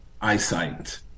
eyesight